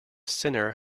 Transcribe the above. sinner